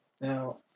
Now